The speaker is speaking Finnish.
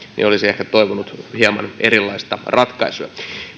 olisi ehkä toivonut hieman erilaista ratkaisua